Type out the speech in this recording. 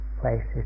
places